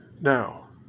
now